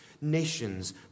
nations